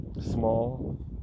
small